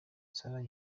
sarah